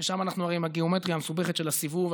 ששם אנחנו עם הגיאומטריה המסובכת של הסיבוב,